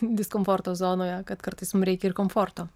diskomforto zonoje kad kartais mum reikia ir komforto